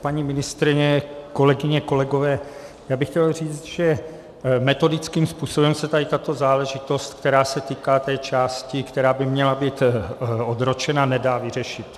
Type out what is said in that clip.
Paní ministryně, kolegyně, kolegové, já bych chtěl říct, že metodickým způsobem se tady tato záležitost, která se týká té části, která by měla být odročena, nedá vyřešit.